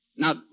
Now